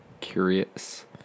curious